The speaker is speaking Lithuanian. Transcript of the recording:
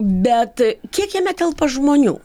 bet kiek jame telpa žmonių